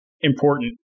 important